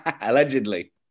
Allegedly